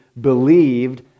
believed